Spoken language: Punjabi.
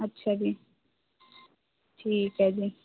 ਅੱਛਾ ਜੀ ਠੀਕ ਹੈ ਜੀ